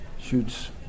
shoots